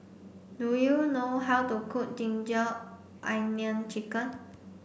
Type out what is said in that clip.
do you know how to cook ginger onion chicken